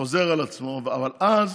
חוזר על עצמו, אבל אז